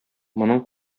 моның